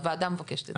הוועדה מבקשת את זה.